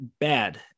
bad